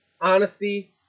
honesty